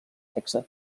sexe